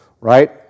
right